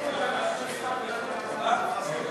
בחינת סבירות פעולות